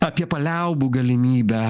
apie paliaubų galimybę